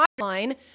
hotline